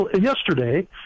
yesterday